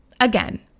again